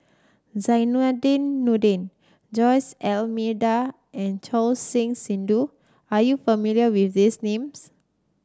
Zainudin Nordin Jose D'Almeida and Choor Singh Sidhu are you not familiar with these names